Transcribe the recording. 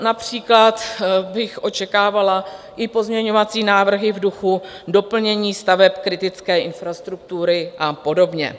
Například bych očekávala i pozměňovací návrhy v duchu doplnění staveb kritické infrastruktury a podobně.